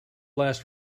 last